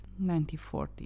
1940